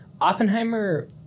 Oppenheimer